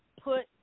put